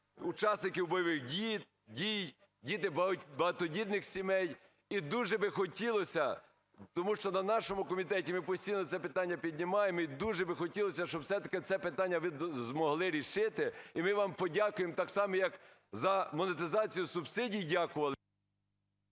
учасників бойовий дій, діти багатодітних сімей. І дуже би хотілося, тому що на нашому комітеті ми постійно це питання піднімаємо, і дуже би хотілося, щоб все-таки це питання ви змогли рішити, і ми вам подякуємо так само, як за монетизацію субсидій дякували…